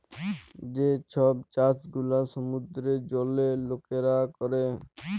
যে ছব চাষ গুলা সমুদ্রের জলে লকরা ক্যরে